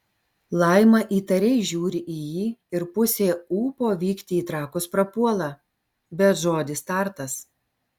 laima įtariai žiūri į jį ir pusė ūpo vykti į trakus prapuola bet žodis tartas